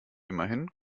immerhin